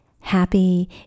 happy